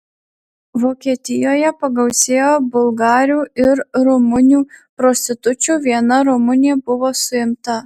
vokietijoje pagausėjo bulgarių ir rumunių prostitučių viena rumunė buvo suimta